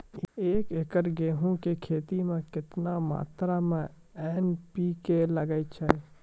एक एकरऽ गेहूँ के खेती मे केतना मात्रा मे एन.पी.के लगे छै?